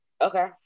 Okay